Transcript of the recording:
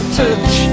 touch